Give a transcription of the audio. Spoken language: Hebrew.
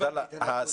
עבדאללה,